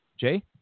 Jay